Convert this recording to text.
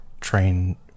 train